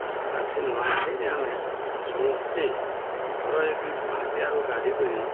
ଆର୍ ସେ ନୂଆଖାଇରେ ଆମେ ସମସ୍ତେ ଘର ଏକିର ପାହାନ୍ତିଆରୁ ଗାଧେଇ କରି